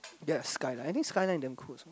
they have a Skyline I think Skyline damn cool also